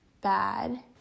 bad